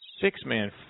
six-man